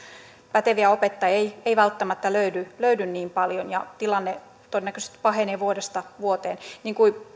päteviä opettajia ei ei välttämättä löydy löydy niin paljon ja tilanne todennäköisesti pahenee vuodesta vuoteen niin kuin